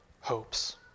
hopes